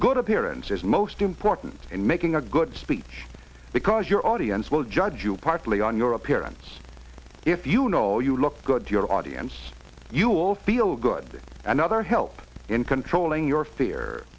good appearance is most important in making a good speech because your audience will judge you partly on your appearance if you know you look good to your audience you'll feel good that another her up in controlling your fear